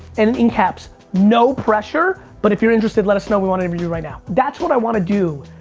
and in caps, no pressure, but if you're interested, let us know we wanna interview you right now? that's what i wanna do,